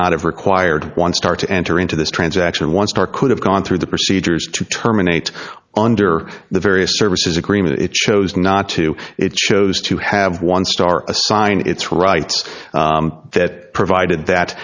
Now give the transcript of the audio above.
not have required one star to enter into this transaction one star could have gone through the procedures to terminate under the various services agreement it chose not to it chose to have one star assigned its rights that provided that